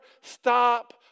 stop